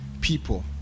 people